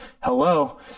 hello